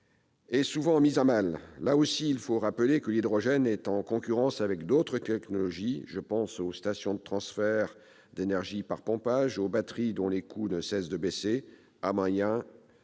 ce domaine également, il faut rappeler que l'hydrogène est en concurrence avec d'autres technologies- je pense aux stations de transfert d'énergie par pompage, ou encore aux batteries, dont les coûts ne cessent de baisser. À moyen terme